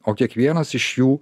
o kiekvienas iš jų